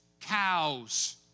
cows